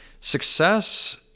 success